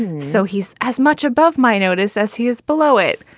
and so he's as much above my notice as he is below it.